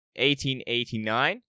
1889